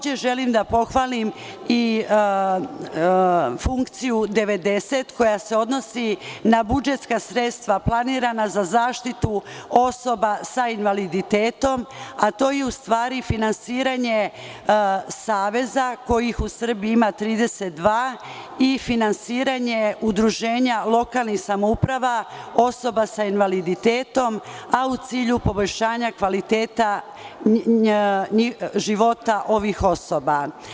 Želim da pohvalim i funkciju 90 koja se odnosi na budžetska sredstva planirana za zaštitu osoba sa invaliditetom, a to je u stvari finansiranje saveza kojih u Srbiji ima 32 i finansiranje udruženja lokalnih samouprava osoba sa invaliditetom, a u cilju poboljšanja kvaliteta života ovih osoba.